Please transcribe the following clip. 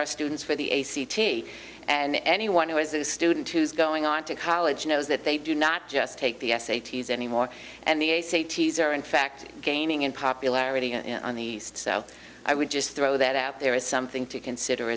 our students for the a c t and anyone who has a student who's going on to college knows that they do not just take the s a t s anymore and the ace eighties are in fact gaining in popularity on the east so i would just throw that out there is something to consider